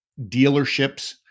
dealerships